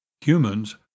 Humans